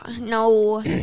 No